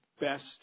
best